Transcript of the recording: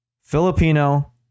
Filipino